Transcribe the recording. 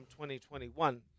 2021